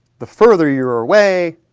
the further you're away,